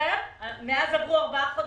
מאז עברו ארבעה חודשים.